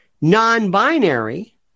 non-binary